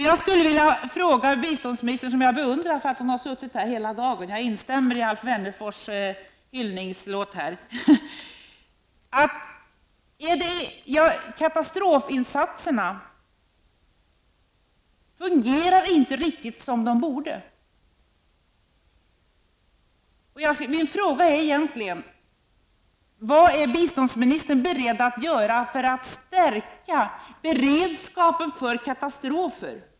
Jag skulle vilja ställa en fråga till biståndsministern, som jag beundrar för att hon har suttit här hela dagen -- jag instämmer i Alf Wennerfors hyllningslåt. Katastrofinsatserna fungerar inte riktigt som de borde. Min fråga är: Vad är biståndministern beredd att göra för att stärka beredskapen för katastrofer?